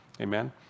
Amen